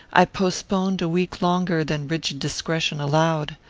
i postponed a week longer than rigid discretion allowed.